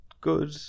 good